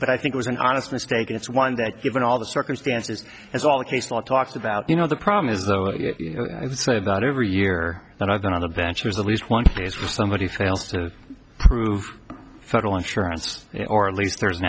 but i think was an honest mistake it's one that given all the circumstances as all the case law talks about you know the problem is that it's about every year that i've been on the bench there's at least one somebody fails to prove federal insurance or at least there's an